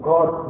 God